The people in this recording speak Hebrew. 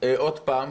עוד פעם